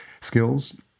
skills